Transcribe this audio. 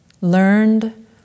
learned